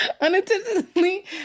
unintentionally